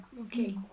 Okay